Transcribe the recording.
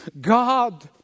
God